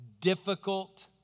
difficult